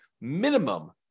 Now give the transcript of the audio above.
minimum